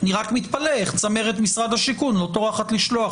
אני רק מתפלא איך צמרת משרד השיכון לא טורחת לשלוח